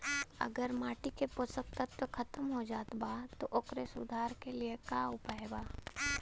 अगर माटी के पोषक तत्व खत्म हो जात बा त ओकरे सुधार के लिए का उपाय बा?